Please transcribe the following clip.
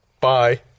Bye